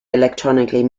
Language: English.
electronically